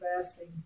fasting